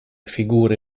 figure